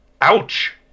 Ouch